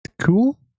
cool